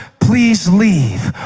please leave.